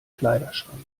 kleiderschrank